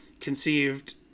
conceived